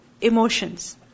emotions